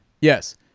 Yes